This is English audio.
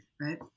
right